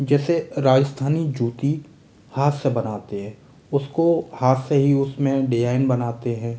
जैसे राजस्थानी जूती हाथ से बनाते है उसको हाथ से ही उसमें डिज़ाइन बनाते है